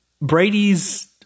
Brady's